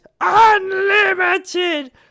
unlimited